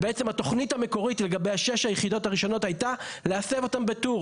התוכנית המקורית לגבי שש היחידות הראשונות הייתה להסב אותן בטור.